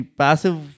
passive